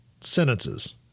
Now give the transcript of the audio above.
sentences